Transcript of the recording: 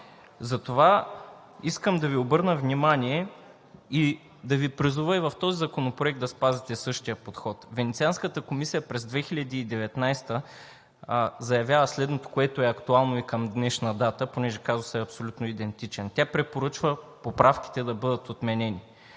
Затова искам да Ви обърна внимание и да Ви призова и в този законопроект да спазите същия подход. Венецианската комисия през 2019 г. заявява следното, което е актуално и към днешна дата, понеже казусът е абсолютно идентичен. Тя препоръчва поправките да бъдат отменени,